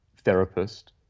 therapist